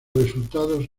resultados